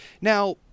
Now